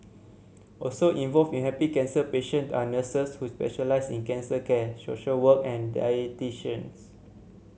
also involved in helping cancer patient are nurses who specialise in cancer care social worker and dietitians